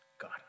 God